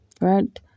Right